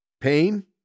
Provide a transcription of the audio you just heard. pain